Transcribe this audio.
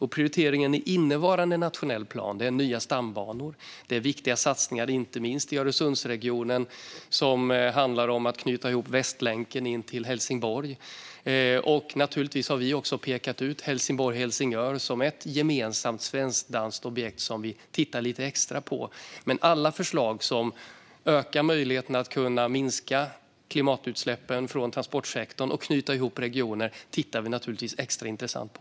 Prioriteringen i innevarande nationell plan är nya stambanor. Det är viktiga satsningar inte minst i Öresundsregionen, som handlar om att knyta ihop Västlänken in till Helsingborg. Naturligtvis har vi också pekat ut Helsingborg-Helsingör som ett gemensamt svensk-danskt objekt som vi tittar lite extra på. Men alla förslag som ökar möjligheterna att minska klimatutsläppen från transportsektorn och knyta ihop regioner tittar vi naturligtvis extra intresserat på.